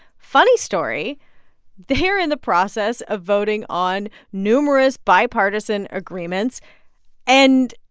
funny story they're in the process of voting on numerous bipartisan agreements and.